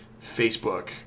Facebook